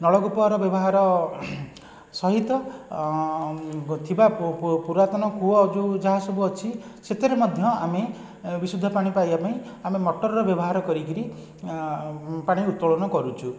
ନଳକୂପର ବ୍ୟବହାର ସହିତ ଥିବା ପୁ ପୁ ପୁରାତନ କୂଅ ଯେଉଁ ଯାହା ସବୁ ଅଛି ସେଥିର ମଧ୍ୟ ଆମେ ବିଶୁଦ୍ଧ ପାଣି ପାଇବା ପାଇଁ ଆମେ ମଟରର ବ୍ୟବହାର କରିକରି ପାଣି ଉତ୍ତଳୋନ କରୁଛୁ